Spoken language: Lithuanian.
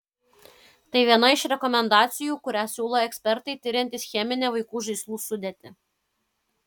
tai viena iš rekomendacijų kurią siūlo ekspertai tiriantys cheminę vaikų žaislų sudėtį